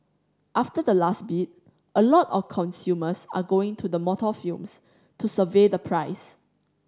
after the last bid a lot of consumers are going to the motor films to survey the price